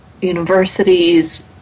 universities